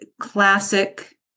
classic